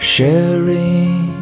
Sharing